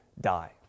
die